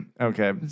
Okay